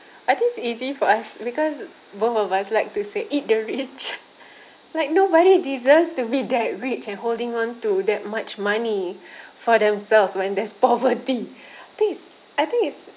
I think it's easy for us because both of us like to say eat the rich like nobody deserves to be that rich and holding on to that much money for themselves when there's poverty I think it's I think it's